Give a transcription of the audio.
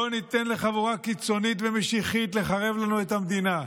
לא ניתן לחבורה קיצונית ומשיחית לחרב לנו את המדינה.